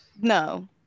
No